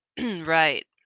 Right